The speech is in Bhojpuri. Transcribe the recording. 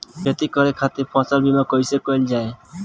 खेती करे के खातीर फसल बीमा कईसे कइल जाए?